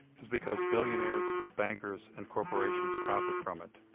is because billionaires, bankers and corporations profit from it.